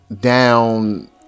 down